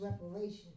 reparation